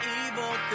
evil